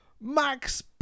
Max